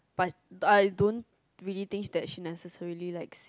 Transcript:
but I don't really think that she necessarily likes it